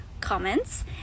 comments